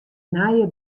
nije